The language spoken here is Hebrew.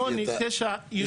שמונה, תשעה יישובים.